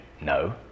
No